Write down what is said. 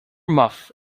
muff